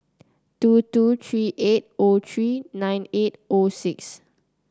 two two three eight O three nine eight O six